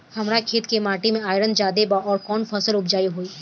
हमरा खेत के माटी मे आयरन जादे बा आउर कौन फसल उपजाऊ होइ?